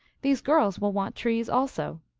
these girls will want trees also.